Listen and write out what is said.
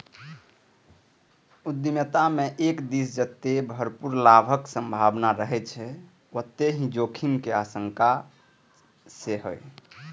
उद्यमिता मे एक दिस जतय भरपूर लाभक संभावना रहै छै, ओतहि जोखिम के आशंका सेहो